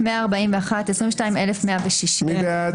22,161 עד 22,180. מי בעד?